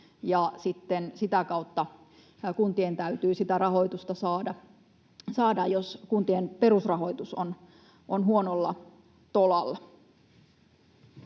sitä kautta kuntien täytyy sitä rahoitusta saada, jos kuntien perusrahoitus on huonolla tolalla.